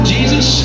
Jesus